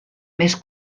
més